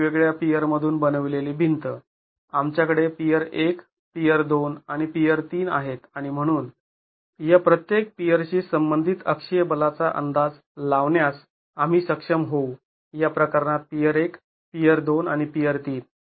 तीन वेगवेगळ्या पियर मधून बनवलेली भिंत आमच्याकडे पियर १ पियर २ आणि पियर ३ आहेत आणि म्हणून या प्रत्येक पियरशी संबंधित अक्षीय बलाचा अंदाज लावण्यास आम्ही सक्षम होऊ या प्रकरणात पियर १ पियर २ आणि पियर ३